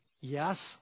Yes